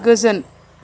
गोजोन